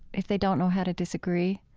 if they don't know how to disagree,